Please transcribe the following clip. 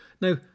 Now